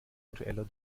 aktueller